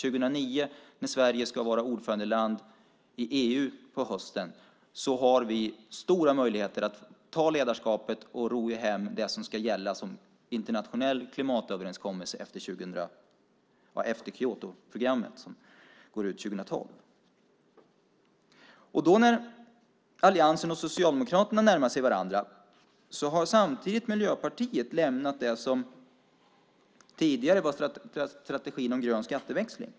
År 2009, när Sverige på hösten ska vara ordförandeland i EU, har vi stora möjligheter att ta ledarskapet och ro hem det som ska gälla som internationell klimatöverenskommelse efter Kyotoprogrammet som går ut 2012. När alliansen och Socialdemokraterna närmar sig varandra har Miljöpartiet samtidigt lämnat det som tidigare var strategin om grön skatteväxling.